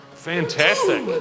Fantastic